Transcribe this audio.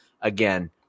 Again